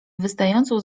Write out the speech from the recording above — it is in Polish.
wystającą